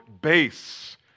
base